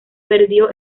perdió